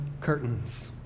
curtains